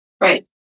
Right